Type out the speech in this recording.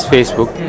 Facebook